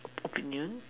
opinion